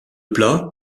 plat